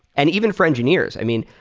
and even for engineers, i mean,